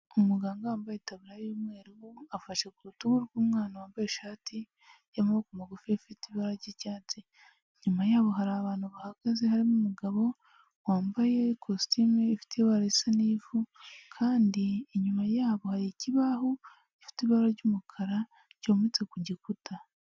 Umuganga wambaye itabura y'umweru afashe ku rutugu rw'umwana wambaye ishati y'amaboko magufi ifite ibara ry'icyatsi, inyuma yaho hari abantu bahagaze harimo umugabo wambaye ikositimu ifite ibara risa n'ivu kandi inyuma yabo hari ikibaho gifite ibara ry'umukara cyometse ku gikuta.